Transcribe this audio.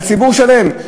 על ציבור שלם.